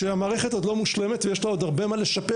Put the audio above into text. שהמערכת עוד לא מושלמת ויש לה עוד הרבה מה לשפר